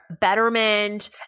Betterment